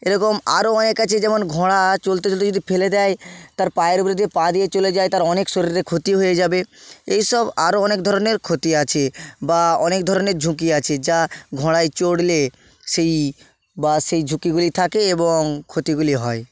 এরকম আরও অনেক আছে যেমন ঘোড়া চলতে চলতে যদি ফেলে দেয় তার পায়ের ওপর দিকে পা দিয়ে চলে যায় তার অনেক শরীরের ক্ষতি হয়ে যাবে এই সব আরও অনেক ধরনের ক্ষতি আছে বা অনেক ধরনের ঝুঁকি আছে যা ঘোড়ায় চড়লে সেই বা সেই ঝুঁকিগুলি থাকে এবং ক্ষতিগুলি হয়